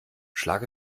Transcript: schlag